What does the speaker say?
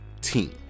team